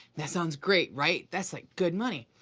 that sounds great, right? that's, like, good money.